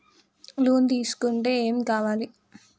Loan తీసుకుంటే ఏం కావాలి?